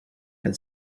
had